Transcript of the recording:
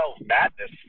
madness